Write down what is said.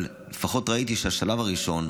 אבל לפחות ראיתי שהשלב הראשון,